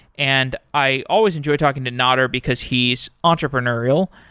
and i always enjoy talking to nader, because he's entrepreneurial,